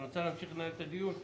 את רוצה להמשיך לנהל את הדיון?